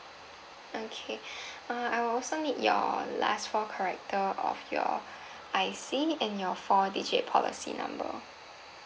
okay uh I will also need your last four character your of your I_C and your four digit policy number